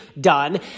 done